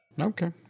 Okay